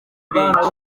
benshi